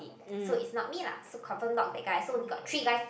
it so it's not me lah so confirm not that guy so only got three guys